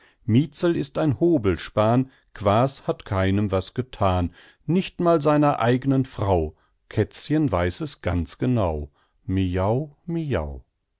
ist ein hobelspahn quaas hat keinem was gethan nicht mal seiner eignen frau kätzchen weiß es ganz genau miau miau